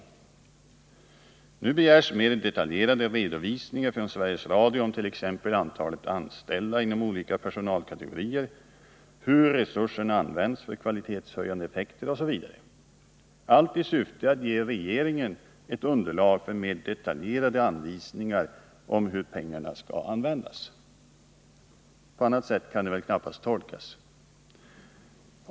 Det begärs mera detaljerade redovisningar från Sveriges Radio, t.ex. beträffande antalet anställda när det gäller olika personalkategorier och hur resurserna används för kvalitetshöjande effekter —allt i syfte att ge regeringen ett underlag för mer detaljerade anvisningar om hur pengarna skall användas. På annat sätt kan det väl knappast tolkas.